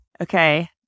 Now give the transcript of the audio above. Okay